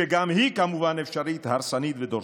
שגם היא כמובן אפשרית, הרסנית ודורסנית.